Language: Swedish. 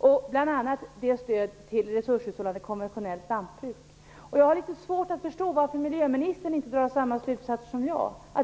Det är bl.a. Jag har litet svårt att förstå varför jordbruksministern inte drar samma slutsatser som jag.